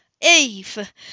Eve